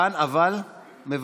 כאן, אבל, מוותר.